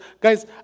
guys